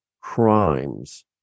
crimes